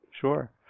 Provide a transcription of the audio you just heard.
Sure